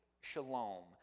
shalom